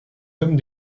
hommes